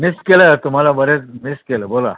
miss केलं तुम्हाला बरेच दिवस मिस केलं बोला